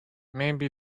maybe